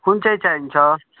कुन चाहिँ चाहिन्छ